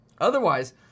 Otherwise